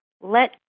let